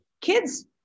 kids